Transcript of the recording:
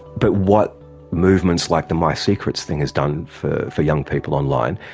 but what movements like the my secrets thing has done for for young people online,